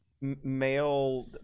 Male